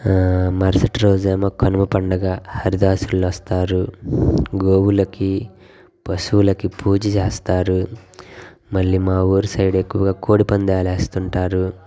మరుసటి రోజేమో కనుమ పండుగ హరిదాసులు వస్తారు గోవులకి పశువులకి పూజ చేస్తారు మళ్ళీ మా ఊరి సైడ్ ఎక్కువగా కోడిపందాలు వేస్తూ ఉంటారు